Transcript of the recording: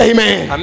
Amen